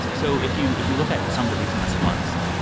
so if you if you look at some of the recent s one so